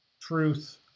truth